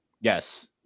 Yes